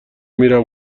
میرم